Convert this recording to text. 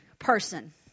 Person